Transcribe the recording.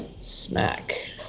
Smack